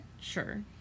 Sure